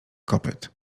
kopyt